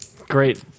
Great